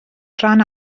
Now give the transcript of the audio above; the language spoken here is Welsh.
rhan